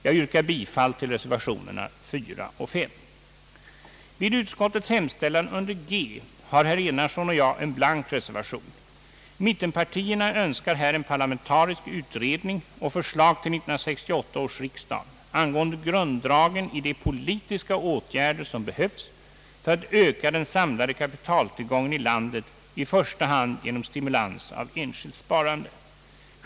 Jag yrkar bifall till reservationerna nr 4 och 5. Vid utskottets hemställan under G har herr Enarsson och jag en blank reservation. Mittenpartierna önskar här en parlamentarisk utredning och förslag till 1968 års riksdag angående grunddragen i de politiska åtgärder som behövs för att öka den samlade kapitaltillgången i landet i första hand genom stimulans av enskilt sparande.